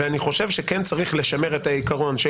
ואני חושב שכן צריך לשמר את העיקרון,